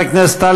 שקרים,